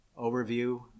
overview